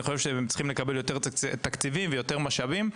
אני חושב שהם צריכים לקבל יותר תקציבים ויותר משאבים,